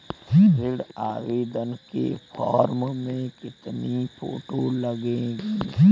ऋण आवेदन के फॉर्म में कितनी फोटो लगेंगी?